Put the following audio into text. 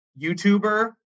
YouTuber